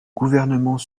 gouvernement